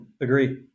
Agree